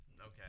Okay